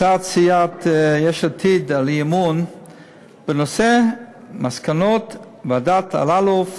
הצעת סיעת יש עתיד לאי-אמון בנושא מסקנות ועדת אלאלוף